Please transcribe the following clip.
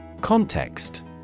Context